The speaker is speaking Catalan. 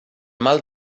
mal